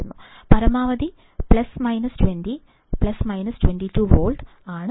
പരമാവധി plus minus 20 plus minus 22 volt